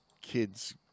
kids